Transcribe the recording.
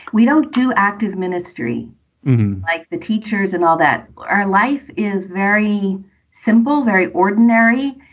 we don't do active ministry like the teachers and all that. our life is very simple, very ordinary.